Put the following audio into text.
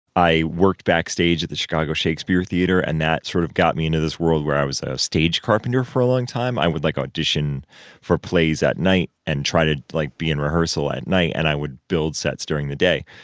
i worked backstage at the chicago shakespeare theater. and that sort of got me into this world where i was a stage carpenter for a long time. i would, like, audition for plays at night and try to, like, be in rehearsal at night. and i would build sets during the day.